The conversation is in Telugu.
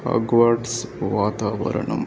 అగవార్డ్స్ వాతావరణం